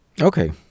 Okay